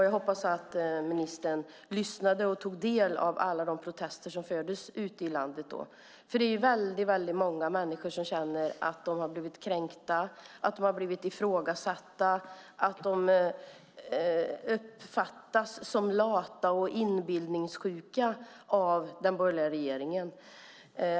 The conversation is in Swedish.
Jag hoppas att ministern lyssnade och tog del av alla protester ute i landet. Det är väldigt många människor som känner att de har blivit kränkta, att de har blivit ifrågasatta och att de uppfattas som lata och inbillningssjuka av den borgerliga regeringen.